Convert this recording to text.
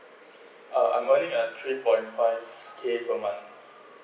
ah I'm varying at three point five K per month